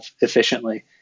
efficiently